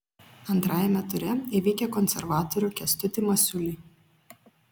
antrajame ture įveikė konservatorių kęstutį masiulį